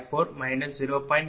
33882 40